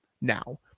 now